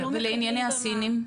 ולענייני הסינים,